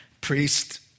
priest